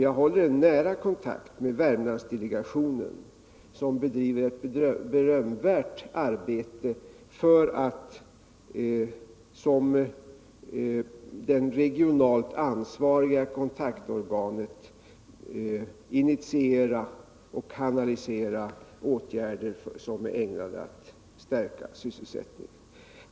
Jag håller nära kontakt med Värmlandsdelegationen, som gör ett berömvärt arbete för att som det regionalt ansvariga kontaktorganet initiera och kanalisera åtgärder ägnade att stärka sysselsättningen.